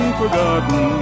forgotten